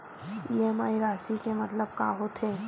EMI राशि के मतलब का होथे?